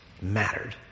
mattered